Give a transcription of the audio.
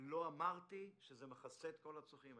לא אמרתי שזה מכסה את כל הצרכים.